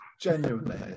Genuinely